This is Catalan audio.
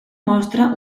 mostra